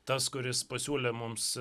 tas kuris pasiūlė mums